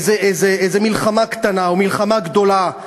איזו מלחמה קטנה או מלחמה גדולה,